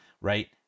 right